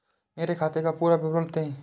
मेरे खाते का पुरा विवरण दे?